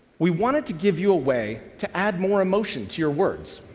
we wanted to give you a way to add more emotion to your words.